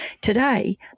Today